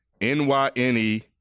N-Y-N-E